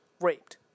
raped